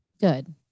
Good